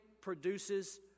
produces